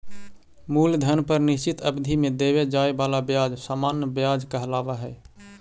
मूलधन पर निश्चित अवधि में देवे जाए वाला ब्याज सामान्य व्याज कहलावऽ हई